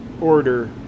order